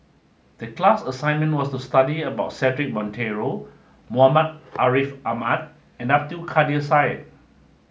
the class assignment was to study about Cedric Monteiro Muhammad Ariff Ahmad and Abdul Kadir Syed